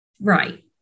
right